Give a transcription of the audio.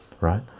right